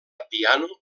piano